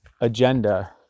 agenda